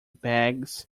bags